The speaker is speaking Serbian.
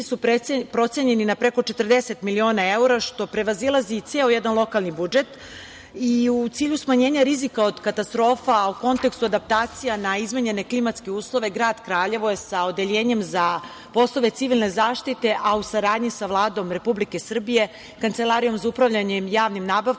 su procenjeni na preko 40 miliona evra, što prevazilazi ceo jedan lokalni budžet.U cilju smanjenja rizika od katastrofa, a u kontekstu adaptacija na izmenjene klimatske uslove, grad Kraljevo je sa Odeljenjem za poslove civilne zaštite, a u saradnji sa Vladom Republike Srbije, Kancelarijom za upravljanje javnim nabavkama,